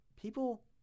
people